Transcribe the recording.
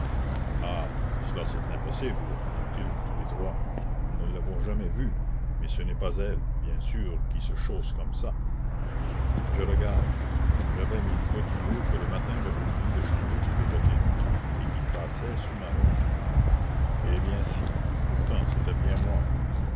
cela c'est impossible dirent-ils tous les trois nous ne l'avons jamais vue mais ce n'est pas elle bien sûr qui se chausse comme ça je regarde j'avais mes godillots que le matin j'avais oublié de changer pour des bottines et qui passaient sous ma robe eh bien si pourtant c'était bien moi